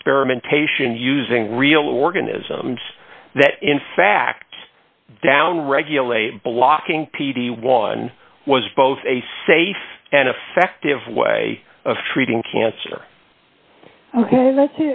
experimentation using real organisms that in fact down regulate blocking p d one was both a safe and effective way of treating cancer